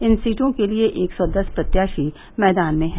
इन सीटों के लिए एक सौ दस प्रत्याशी मैदान में हैं